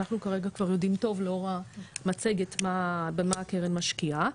אנחנו כרגע כבר יודעים טוב לאור המצגת במה הקרן משקיעה.